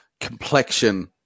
complexion